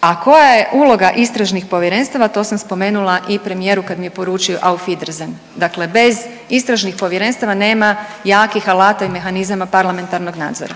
A koja je uloga istražnih povjerenstava, to sam spomenula i premijeru kad mi je poručio auf Wiedersehen. Dakle bez istražnih povjerenstava nema jakih alata i mehanizama parlamentarnog nadzora.